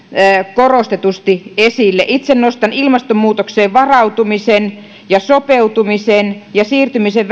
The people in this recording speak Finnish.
korostetusti esille itse nostan ilmastonmuutokseen varautumisen ja sopeutumisen ja siirtymisen